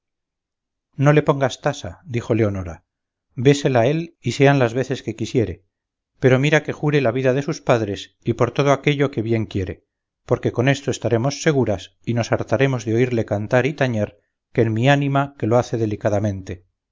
no le pongas tasa dijo leonora bésela él y sean las veces que quisiere pero mira que jure la vida de sus padres y por todo aquello que bien quiere porque con esto estaremos seguras y nos hartaremos de oírle cantar y tañer que en mi ánima que lo hace delicadamente